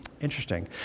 interesting